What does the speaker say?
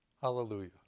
Hallelujah